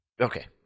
Okay